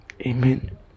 Amen